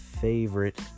favorite